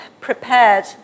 prepared